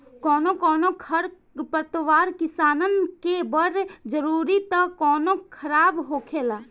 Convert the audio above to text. कौनो कौनो खर पतवार किसानन के बड़ जरूरी त कौनो खराब होखेला